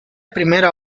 primera